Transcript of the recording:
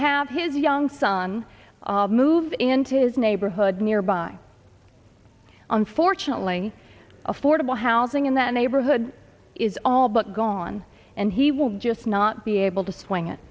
have his young son move into his neighborhood nearby unfortunately affordable housing in that neighborhood is all but gone and he will just not be able to swing it